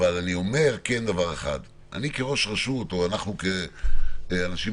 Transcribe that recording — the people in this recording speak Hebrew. אני כראש רשות או אנחנו כראשי רשויות יודעים